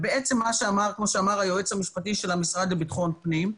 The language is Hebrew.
כמו שאמר היועץ המשפטי של המשרד לביטחון הפנים,